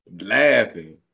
laughing